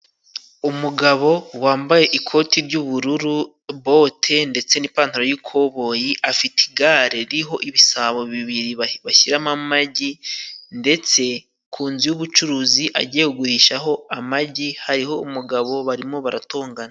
Umugabo wambaye ikoti jy'ubururu, bote ndetse n'ipantaro y'ikoboyi, afite igare ririho ibisabo bibiri bashyiramo amagi, ndetse ku nzu y'ubucuruzi agiye gurishaho amagi hariho umugabo barimo baratongana.